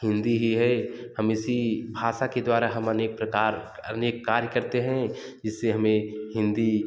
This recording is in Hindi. हिंदी ही है हम इसी भाषा के द्वारा हम अनेक प्रकार अनेक कार्य करते हैं जिससे हमें हिंदी